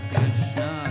Krishna